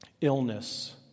illness